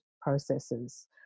processes